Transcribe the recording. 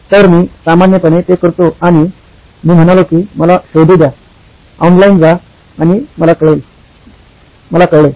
तर मी सामान्यपणे ते करतो आणि मी म्हणालो की मला शोधू द्या ऑनलाइन जा आणि मला कळले